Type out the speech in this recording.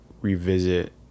revisit